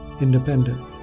independent